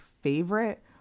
favorite